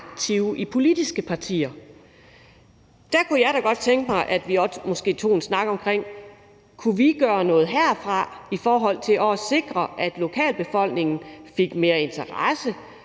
i politiske partier, kunne jeg da godt tænke mig, at vi også tog en snak om: Kunne vi gøre noget herfra i forhold til at sikre, at lokalbefolkningen fik mere interesse